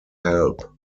help